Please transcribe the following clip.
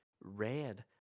Red